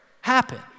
happen